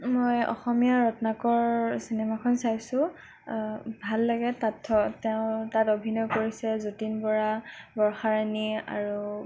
মই অসমীয়া ৰত্নাকৰ চিনেমাখন চাইছোঁ ভাল লাগে তাত তেওঁ তাত অভিনয় কৰিছে যতীন বৰা বৰষা ৰাণী আৰু